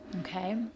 Okay